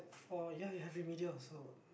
for ya ya remedial also